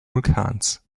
vulkans